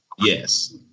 Yes